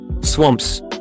Swamps